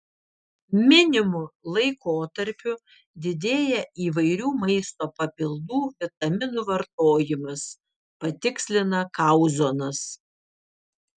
minimu laikotarpiu didėja įvairių maisto papildų vitaminų vartojimas patikslina kauzonas